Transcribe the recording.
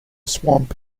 swamp